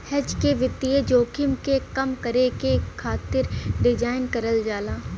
hedge के वित्तीय जोखिम के कम करे खातिर डिज़ाइन करल जाला